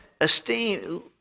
esteem